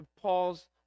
Paul's